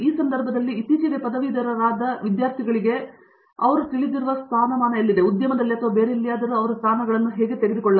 ಆ ಸಂದರ್ಭದಲ್ಲಿ ಇತ್ತೀಚೆಗೆ ಪದವೀಧರರಾದ MS PhD ವಿದ್ಯಾರ್ಥಿಗಳಿಗೆ ನೀವು ತಿಳಿದಿರುವ ಸ್ಥಳ ಎಲ್ಲಿದೆ ಉದ್ಯಮದಲ್ಲಿ ಅಥವಾ ಬೇರೆಲ್ಲಿಯಾದರೂ ಅವರು ಯಾವ ರೀತಿಯ ಸ್ಥಾನಗಳನ್ನು ಹೇಳುತ್ತಿದ್ದಾರೆ